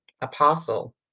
apostle